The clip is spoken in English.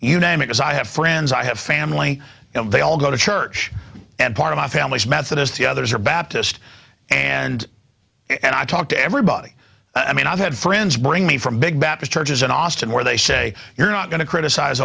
you name it as i have friends i have family they all go to church and part of my family's methodist the others are baptist and and i talk to everybody i mean i've had friends bring me from big baptist churches in austin where they say you're not going to criticize